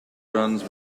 runs